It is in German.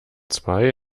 zwei